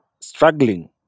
struggling